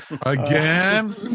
Again